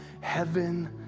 heaven